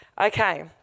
Okay